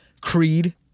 Creed